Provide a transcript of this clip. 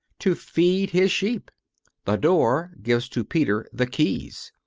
to feed his sheep the door gives to peter the keys.